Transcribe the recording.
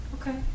okay